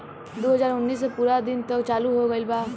दु हाजार उन्नीस से पूरा रात दिन चालू हो गइल बा